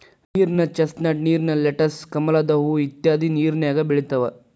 ನೇರಿನ ಚಸ್ನಟ್, ನೇರಿನ ಲೆಟಸ್, ಕಮಲದ ಹೂ ಇತ್ಯಾದಿ ನೇರಿನ್ಯಾಗ ಬೆಳಿತಾವ